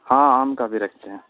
ہاں آم کا بھی رکھتے ہیں